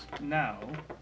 now